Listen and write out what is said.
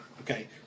Okay